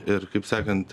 ir kaip sakant